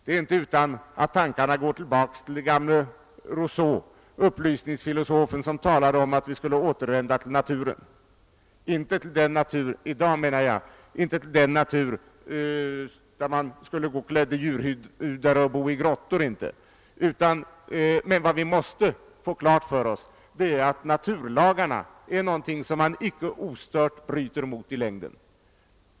Det är inte utan att tankarna går tillbaka till gamle Rousseau, upplysningsfilosofen som talade om att vi skulle återvända till naturen. Jag syftar nu inte på den natur där man skulle gå klädd i djurhudar och bo i grottor, men vad vi måste få klart för oss är att naturlagarna är någonting som man icke ostört bryter mot i längden.